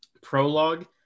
prologue